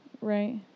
Right